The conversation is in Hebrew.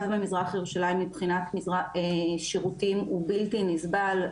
במזרח ירושלים מבחינת שירותים הוא בלתי נסבל,